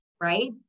right